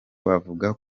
bavuga